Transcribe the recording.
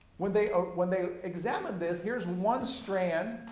when they when they examined thisohere's one strand,